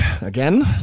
again